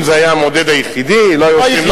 אם זה היה המדד היחידי לא היו צריכים,